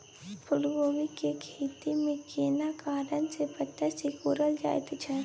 फूलकोबी के खेती में केना कारण से पत्ता सिकुरल जाईत छै?